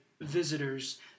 visitors